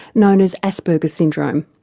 known as asperger's syndrome.